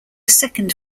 second